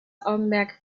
augenmerk